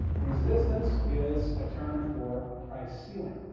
resistance is a term for a price ceiling.